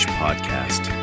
podcast